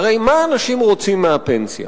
הרי מה אנשים רוצים מהפנסיה?